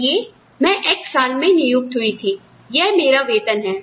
कहिए मैं "X" साल में नियुक्त हुई थी यह मेरा वेतन है